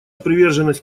приверженность